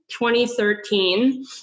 2013